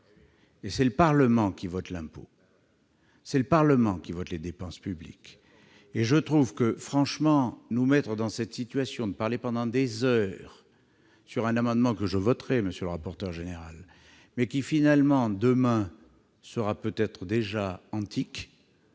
et c'est le Parlement qui vote l'impôt et les dépenses publiques. Effectivement ! Franchement, nous laisser dans la situation de parler pendant des heures sur un amendement que je voterai, monsieur le rapporteur général, mais qui finalement demain sera peut-être déjà antique,